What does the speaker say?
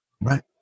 Right